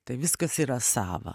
tai viskas yra sava